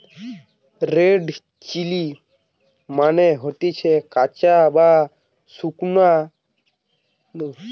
red chilli মানে হতিছে কাঁচা বা শুকলো লঙ্কা যেটা গটে ধরণের ভেষজ